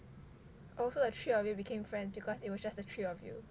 oh so the three of you became friends because it was just the three of you